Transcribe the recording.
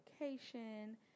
location